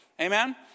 amen